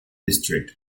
district